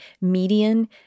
median